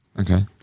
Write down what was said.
Okay